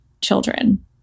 children